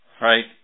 right